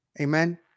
amen